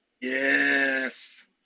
yes